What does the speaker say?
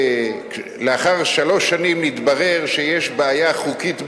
לאחר שלוש שנים התברר שיש בעיה חוקית בנושא,